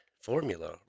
formula